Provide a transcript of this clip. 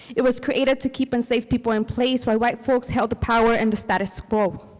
it was created to keep enslaved people in place when white folks held the power and the status quo.